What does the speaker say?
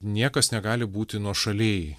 niekas negali būti nuošaly